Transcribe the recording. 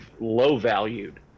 low-valued